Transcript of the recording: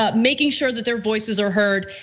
ah making sure that their voices are heard.